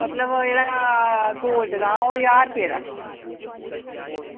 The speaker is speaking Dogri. मतलब ओह् जेह्ड़ा गोल्ड दा ओह् ज्हार रपेऽ दा